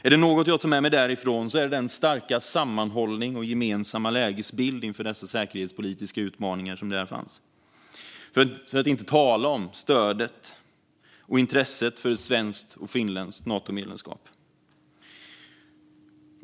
Är det något jag tar med mig därifrån är det den starka sammanhållning och den gemensamma lägesbild inför dessa säkerhetspolitiska utmaningar som fanns där - för att inte tala om stödet och intresset för ett svenskt och finländskt Natomedlemskap.